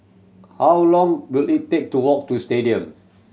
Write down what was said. how long will it take to walk to Stadium